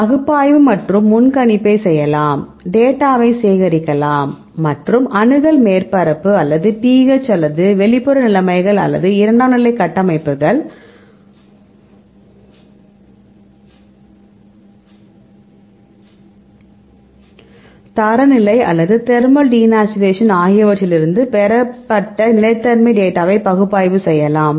பகுப்பாய்வு மற்றும் முன்கணிப்பைச் செய்யலாம் டேட்டாவை சேகரிக்கலாம் மற்றும் அணுகல் மேற்பரப்பு அல்லது pH அல்லது வெளிப்புற நிலைமைகள் அல்லது இரண்டாம் நிலை கட்டமைப்புகள் தரநிலை அல்லது தேர்மல் டிநேச்சுரேஷன் ஆகியவற்றிலிருந்து பெறப்பட்ட நிலைத்தன்மை டேட்டாவை பகுப்பாய்வு செய்யலாம்